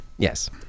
Yes